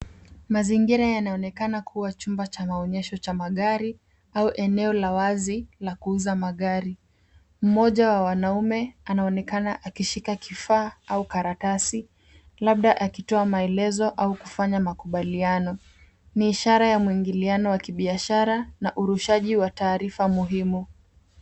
Mazingira yanaonekana kuwa chumba cha maonyesho cha magari, au eneo la wazi, la kuuza magari. Mmoja wa wanaume anaonekana akishika kifaa au karatasi, labda akitoa maelezo au kufanya makubaliano. Ni ishara ya mwingiliano wa kibiashara, na urushaji wa taarifa muhimu.